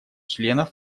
членов